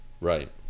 Right